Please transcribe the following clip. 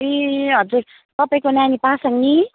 ए हजुर तपाईँको नानी पासाङ नि